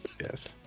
Yes